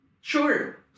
Sure